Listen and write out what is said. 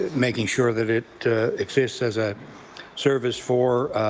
making sure that it exists as a service for